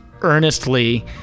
earnestly